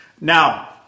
Now